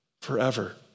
forever